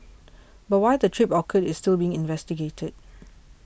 but why the trip occurred is still being investigated